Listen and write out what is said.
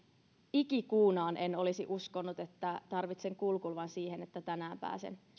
ikikuunaan en olisi uskonut että tarvitsen kulkuluvan siihen että tänään pääsen